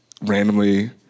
randomly